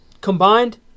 Combined